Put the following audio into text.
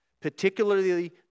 Particularly